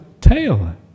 tail